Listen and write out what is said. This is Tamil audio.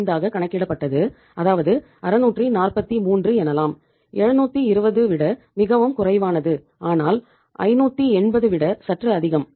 75 ஆக கணக்கிடப்பட்டது அதாவது 643 எனலாம் 720 விட மிகவும் குறைவானது ஆனால் 580 விட சற்று அதிகம்